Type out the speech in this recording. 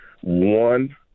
one